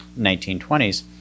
1920s